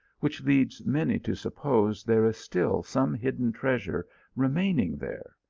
which leads many to suppose there is still some hidden treasure remaining there,